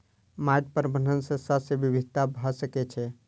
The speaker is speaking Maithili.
माइट प्रबंधन सॅ शस्य विविधता भ सकै छै